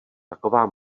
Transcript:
taková